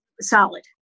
solid